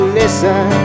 listen